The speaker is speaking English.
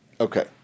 Okay